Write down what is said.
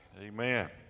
Amen